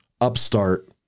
upstart